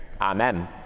Amen